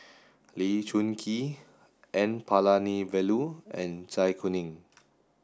Lee Choon Kee N Palanivelu and Zai Kuning